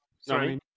Sorry